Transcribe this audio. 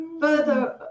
further